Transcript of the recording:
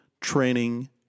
training